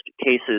cases